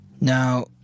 Now